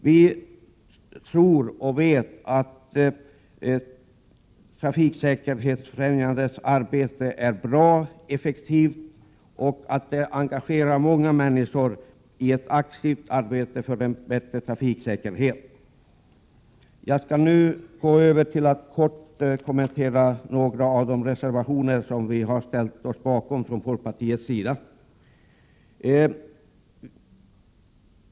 Vi tror och vet att Trafiksäkerhetsfrämjandets arbete är bra och effektivt och att det engagerar många människor i ett aktivt arbete för en bättre trafiksäkerhet. Jag skall kort kommentera några av de reservationer som vi har ställt oss bakom från folkpartiets sida.